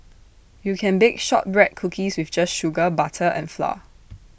you can bake Shortbread Cookies just with sugar butter and flour